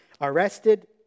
arrested